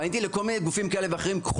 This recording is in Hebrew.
פניתי לכל מיני גופים כאלה ואחרים וביקשתי